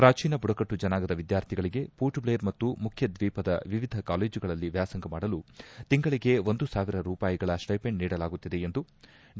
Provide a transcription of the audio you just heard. ಪ್ರಾಚೀನ ಬುಡಕಟ್ಟು ಜನಾಂಗದ ವಿದ್ಯಾರ್ಥಿಗಳಿಗೆ ಪೋರ್ಟ್ಭ್ಲೇರ್ ಮತ್ತು ಮುಖ್ಯ ದ್ವೀಪದ ವಿವಿಧ ಕಾಲೇಜುಗಳಲ್ಲಿ ವ್ಯಾಸಂಗ ಮಾಡಲು ತಿಂಗಳಿಗೆ ಒಂದು ಸಾವಿರ ರೂಪಾಯಿಗಳ ಸ್ವೈಪೆಂಡ್ ನೀಡಲಾಗುತ್ತಿದೆ ಎಂದು ಡಿ